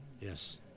Yes